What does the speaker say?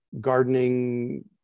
gardening